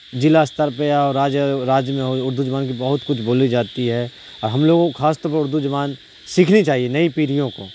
ضلع استر پہ اور راج راج میں ہو اردو زبان کی بہت کچھ بولی جاتی ہے اور ہم لوگوں کو خاص طور پر اردو زبان سیکھنی چاہیے نئی پیڑھیوں کو